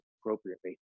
appropriately